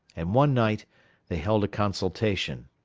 and one night they held a consultation.